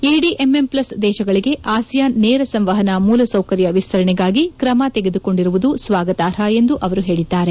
ADMM plus ದೇಶಗಳಿಗೆ ASEAN ನೇರ ಸಂವಹನ ಮೂಲಸೌಕರ್ಯ ವಿಸ್ತರಣೆಗಾಗಿ ಕ್ರಮ ತೆಗೆದುಕೊಂಡಿರುವುದು ಸ್ವಾಗತಾರ್ಹ ಎಂದು ಅವರು ಹೇಳಿದ್ದಾರೆ